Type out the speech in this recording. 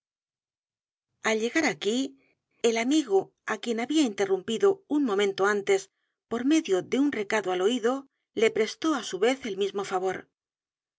al llegar aquí el amigo á quien había interrumpido edgar jpoe novelas y cx'em'os un momento antes por medio de un recado al oído le prestó á su vez el mismo favor